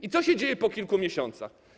I co się dzieje po kilku miesiącach?